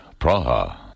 Praha